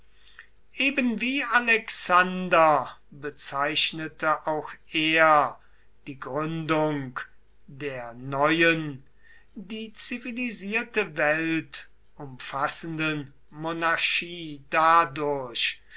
ebenwie alexander bezeichnete auch er die gründung der neuen die zivilisierte welt umfassenden monarchie dadurch